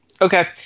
Okay